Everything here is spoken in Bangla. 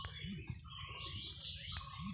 প্লাম হল এক ধরনের ছোট ফল যেটা প্রুনস পেকে হয়